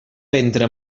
ventre